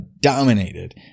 dominated